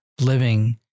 living